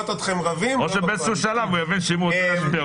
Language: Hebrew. או באיזה שלב הוא יבין שאם הוא רוצה להשפיע,